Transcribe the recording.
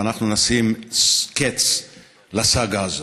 ואנחנו נשים קץ לסאגה זו.